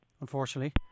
unfortunately